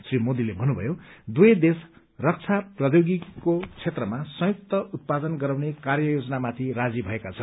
श्री मोदीले भन्नुभयो दुवै देश रक्षा प्रौयोगिकीको क्षेत्रमा संयुक्त उत्पादन गराउने कार्य योजनामाथि राजी भएका छन्